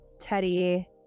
Teddy